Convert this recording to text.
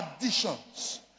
additions